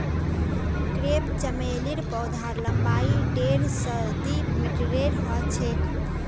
crepe चमेलीर पौधार लम्बाई डेढ़ स दी मीटरेर ह छेक